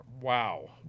Wow